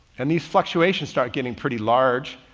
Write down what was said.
and these fluctuations start getting pretty large.